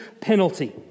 penalty